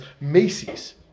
Macy's